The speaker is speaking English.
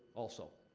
also.